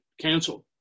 canceled